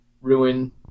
ruin